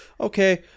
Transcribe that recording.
okay